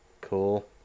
Cool